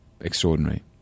extraordinary